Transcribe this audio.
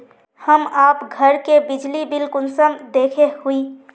हम आप घर के बिजली बिल कुंसम देखे हुई?